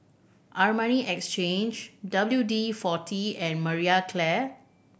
Armani Exchange W D Forty and Marie Claire